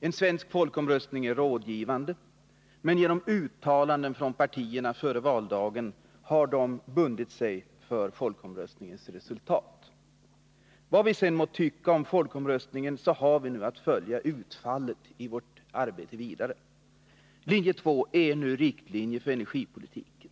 En svensk folkomröstning är rådgivande, men genom uttalanden från partierna före valdagen har de bundit sig för folkomröstningens resultat. Vad vi än må tycka om folkomröstningen, så har vi ändå att följa utfallet i vårt vidare arbete. Linje 2 är nu vår riktlinje för energipolitiken.